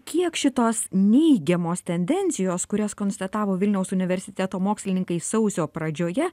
kiek šitos neigiamos tendencijos kurias konstatavo vilniaus universiteto mokslininkai sausio pradžioje